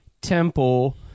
temple